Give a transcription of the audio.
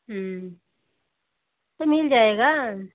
तो मिल जाएगा